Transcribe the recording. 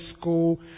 school